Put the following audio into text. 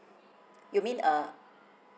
you mean uh